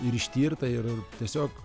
ir ištirta ir ir tiesiog